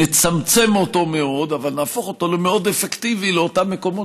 נצמצמם אותו מאוד אבל נהפוך אותו למאוד אפקטיבי לאותם מקומות